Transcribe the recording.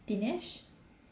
Dinesh